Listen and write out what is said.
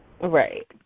Right